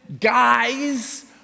guys